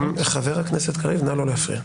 חבר הכנסת קריב, נא לא להפריע.